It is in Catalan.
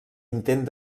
intent